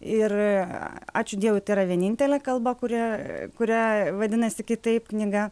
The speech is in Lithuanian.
ir ačiū dievui yra vienintelė kalba kuria kuria vadinasi kitaip knyga